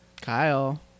Kyle